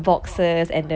box (uh huh)